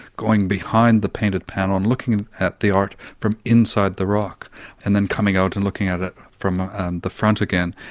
going behind the painted panel and looking at at the art from inside the rock and then coming out and looking at it from the front again.